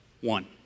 one